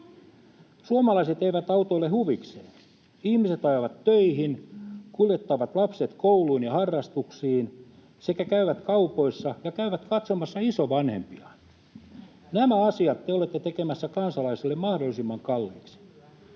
Suomalaiset eivät autoile huvikseen. Ihmiset ajavat töihin, kuljettavat lapset kouluun ja harrastuksiin sekä käyvät kaupoissa ja käyvät katsomassa isovanhempiaan. Nämä asiat te olette tekemässä kansalaisille mahdollisimman kalliiksi.